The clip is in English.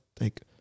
like-